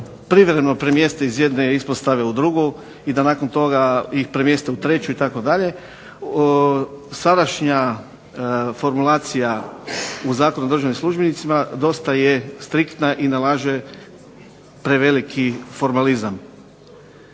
privremeno premjeste iz jedne ispostave u drugu i da nakon toga ih premjeste u treću itd. Sadašnja formulacija u Zakonu o državnim službenicima dosta je striktna i nalaže preveliki formalizam.